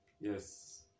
Yes